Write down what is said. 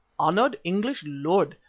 honoured english lord,